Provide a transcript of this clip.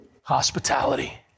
hospitality